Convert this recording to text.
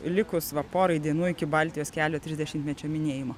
likus va porai dienų iki baltijos kelio trisdešimtmečio minėjimo